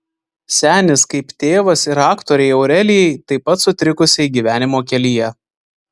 senis kaip tėvas ir aktorei aurelijai taip pat sutrikusiai gyvenimo kelyje